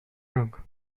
drunk